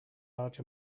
large